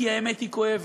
כי האמת היא כואבת.